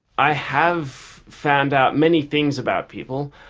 i have found out many things about people,